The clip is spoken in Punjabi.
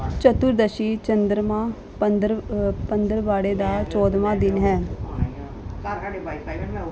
ਚਤੁਰਦਸ਼ੀ ਚੰਦਰਮਾ ਪੰਦਰ ਪੰਦਰਵਾੜੇ ਦਾ ਚੌਦ੍ਹਵਾਂ ਦਿਨ ਹੈ